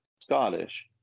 Scottish